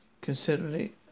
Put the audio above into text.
considerably